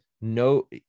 No